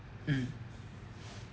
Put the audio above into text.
mm